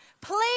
Please